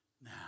now